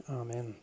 Amen